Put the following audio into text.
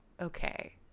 Okay